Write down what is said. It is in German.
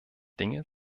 dinge